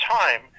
time